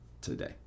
today